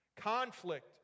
Conflict